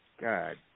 God